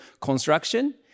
construction